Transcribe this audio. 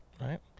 Right